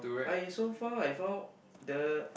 I so far I found the